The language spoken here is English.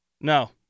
no